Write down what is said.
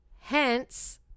hence